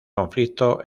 conflicto